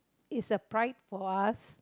is a pride for us